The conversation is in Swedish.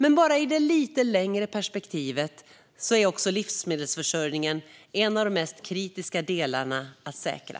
Men i det lite längre perspektivet är också livsmedelsförsörjningen en av de mest kritiska delarna att säkra.